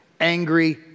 angry